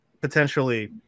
potentially